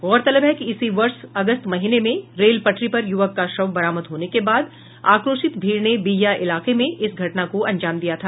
गौरतलब है कि इसी वर्ष अगस्त महीने में रेल पटरी पर युवक का शव बरामद होने के बाद आक्रोशित भीड़ ने बिहियां इलाके में इस घटना को अंजाम दिया था